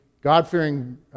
God-fearing